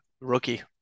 rookie